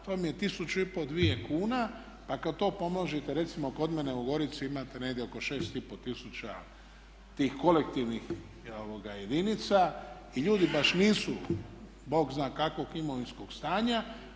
To vam je 1500, dvije kuna, pa kad to pomnožite recimo kod mene u Gorici imate negdje oko 6 i pol tisuća tih kolektivnih jedinica i ljudi baš nisu bog zna kakvog imovinskog stanja.